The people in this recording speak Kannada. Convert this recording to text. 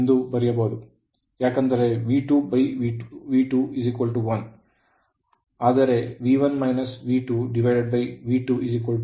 ಆದ್ದರಿಂದ ಇದನ್ನು V2 1 ಎಂದು ಬರೆಯಬಹುದು ಏಕೆಂದರೆ V2V2 1